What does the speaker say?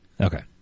Okay